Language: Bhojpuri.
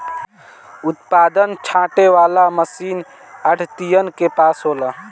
उत्पादन छाँटे वाला मशीन आढ़तियन के पास होला